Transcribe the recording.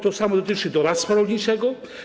To samo dotyczy doradztwa rolniczego.